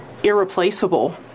irreplaceable